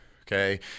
okay